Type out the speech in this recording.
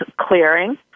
clearing